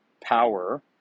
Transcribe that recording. power